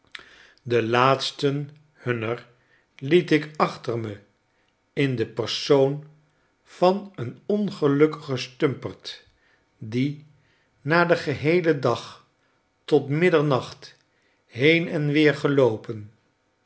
den laatsten hunner liet ik achter me in den persoon van een ongelukkigen stumpert die na den geheelen dag tot middernacht heen en weer geloopen